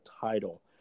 title